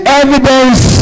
evidence